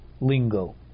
lingo